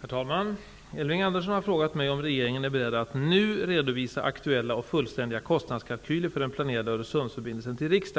Herr talman! Elving Andersson har frågat mig om regeringen är beredd att nu redovisa aktuella och fullständiga kostnadskalkyler för den planerade 1991